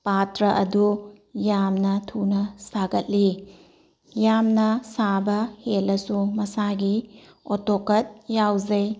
ꯄꯥꯠꯇ꯭ꯔ ꯑꯗꯨ ꯌꯥꯝꯅ ꯊꯨꯅ ꯁꯥꯒꯠꯂꯤ ꯌꯥꯝꯅ ꯁꯥꯕ ꯍꯦꯜꯂꯁꯨ ꯃꯁꯥꯒꯤ ꯑꯣꯇꯣꯀꯠ ꯌꯥꯎꯖꯩ